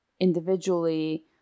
Individually